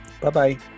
Bye-bye